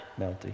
melty